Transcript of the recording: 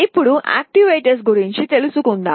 ఇప్పుడు యాక్యుయేటర్స్ గురించి మాట్లాడుదాం